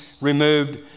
removed